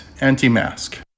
anti-mask